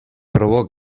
probó